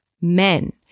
Men